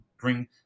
bring